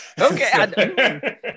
Okay